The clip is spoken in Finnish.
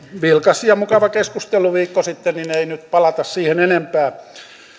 vilkas ja mukava keskustelu viikko sitten joten ei nyt palata siihen enempää